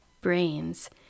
brains